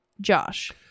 Josh